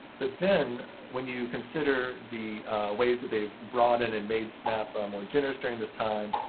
but then when you consider the ways that they've brought in and made snap more generous during this time,